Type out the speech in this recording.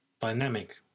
Dynamic